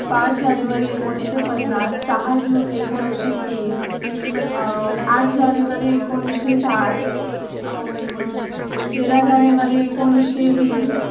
पाच जानेवारी एकोणीसशे पन्नास सहा जून एकोणीसशे तीस आठ जानेवारी एकोणीसशे साठ तेरा जानेवारी एकोणीसशे वीस